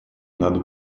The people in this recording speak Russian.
надо